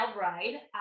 ride